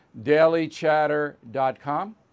DailyChatter.com